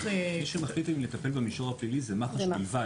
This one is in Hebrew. שמחליט אם לטפל לנו במישור הפלילי זה מח"ש בלבד.